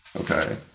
Okay